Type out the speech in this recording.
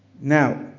Now